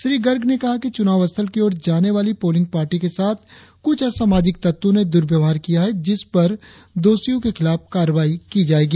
श्री गर्ग ने कहा कि चुनाव स्थल की ओर जाने वाली पोलिंग पार्टी के साथ कुछ असामजिक तत्वों ने दुरव्यवहार किया है जिसपर दोषियों के खिलाफ कार्रवाई की जाएगी